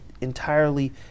entirely